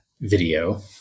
Video